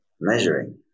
measuring